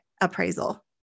appraisal